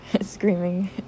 screaming